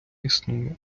існує